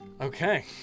Okay